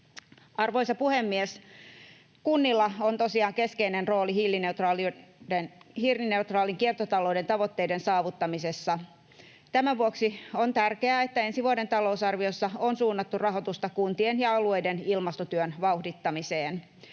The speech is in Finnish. Arvoisa puhemies! Kunnilla on tosiaan keskeinen rooli hiilineutraalin kiertotalouden tavoitteiden saavuttamisessa. Tämän vuoksi on tärkeää, että ensi vuoden talousarviossa on suunnattu rahoitusta kuntien ja alueiden ilmastotyön vauhdittamiseen.